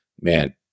Man